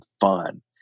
fun